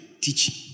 teaching